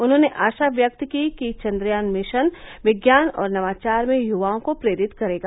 उन्होंने आशा व्यक्त की कि चंद्रयान मिशन विज्ञान और नवाचार में युवाओं को प्रेरित करेगा